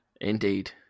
Indeed